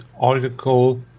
article